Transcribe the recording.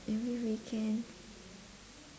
every weekend